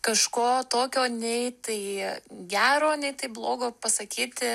kažko tokio nei tai gero nei tai blogo pasakyti